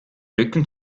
rücken